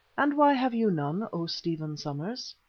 and why have you none, o stephen somers?